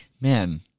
Man